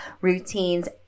routines